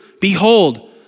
behold